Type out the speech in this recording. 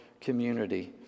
community